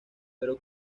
pero